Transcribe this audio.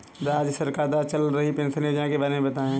राज्य सरकार द्वारा चल रही पेंशन योजना के बारे में बताएँ?